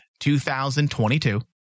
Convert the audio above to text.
2022